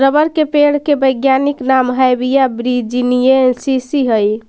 rubber के पेड़ के वैज्ञानिक नाम हैविया ब्रिजीलिएन्सिस हइ